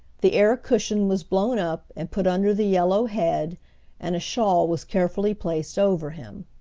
the air cushion was blown up, and put under the yellow head and a shawl was carefully placed over him.